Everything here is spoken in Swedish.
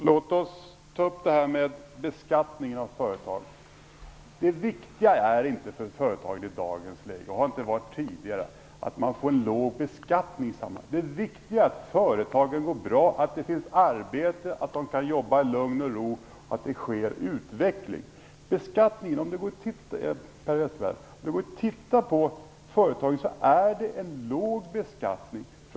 Fru talman! Jag vill ta upp det här med beskattningen av företag. Det viktiga för företagen i dagens läge är inte en låg beskattning, och det har det inte heller varit tidigare. Det viktiga är att företagen går bra, att det finns arbete, att de kan jobba i lugn och ro och att det sker en utveckling. Om man ser på företagen är det en låg beskattning.